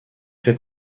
fait